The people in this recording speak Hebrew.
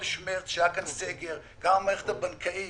בחודש מרץ, כשהיה כאן סגר, גם המערכת הבנקאית